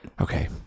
Okay